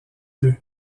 deux